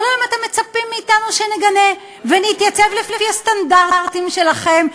כל יום אתם מצפים מאתנו שנגנה ונתייצב לפי הסטנדרטים שלכם,